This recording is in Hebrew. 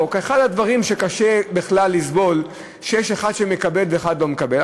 אחד הדברים שקשה בכלל לסבול זה שיש אחד שמקבל ואחד שלא מקבל.